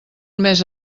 mes